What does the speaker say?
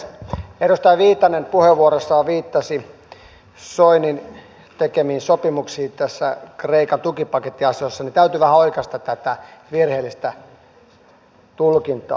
kun edustaja viitanen puheenvuorossaan viittasi soinin tekemiin sopimuksiin tässä kreikan tukipakettiasiassa niin täytyy vähän oikaista tätä virheellistä tulkintaa